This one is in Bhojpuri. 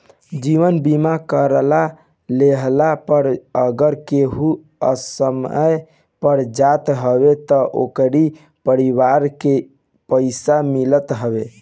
जीवन बीमा करा लेहला पअ अगर केहू असमय मर जात हवे तअ ओकरी परिवार के पइसा मिलत हवे